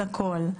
על הכול.